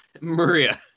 Maria